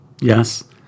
Yes